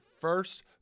first